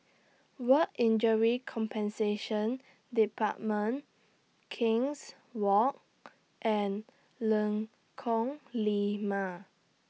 Work Injury Compensation department King's Walk and Lengkong Lima